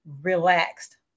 relaxed